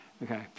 Okay